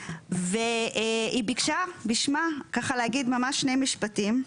והיא ביקשה בשמה להגיד כמה משפטים.